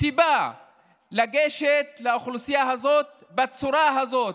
סיבה לגשת לאוכלוסייה הזאת בצורה הזאת,